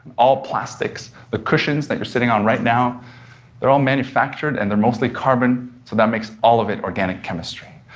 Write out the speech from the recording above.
all plastics, the cushions that you're sitting on right now they're all manufactured, and they're mostly carbon, so that makes all of it organic chemistry.